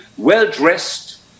well-dressed